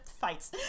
fights